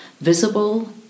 visible